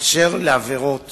אשר לעבירות